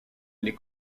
les